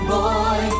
boy